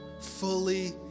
fully